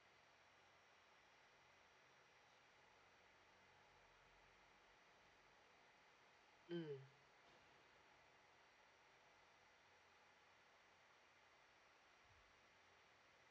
mm